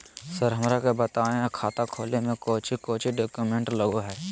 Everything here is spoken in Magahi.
सर हमरा के बताएं खाता खोले में कोच्चि कोच्चि डॉक्यूमेंट लगो है?